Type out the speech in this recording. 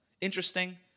interesting